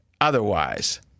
otherwise